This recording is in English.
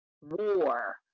war